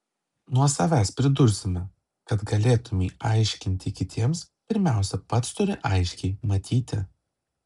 nuo savęs pridursime kad galėtumei aiškinti kitiems pirmiausia pats turi aiškiai matyti